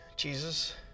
Jesus